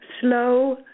slow